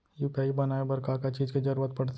UPI बनाए बर का का चीज के जरवत पड़थे?